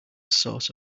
source